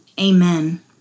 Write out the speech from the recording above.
amen